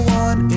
one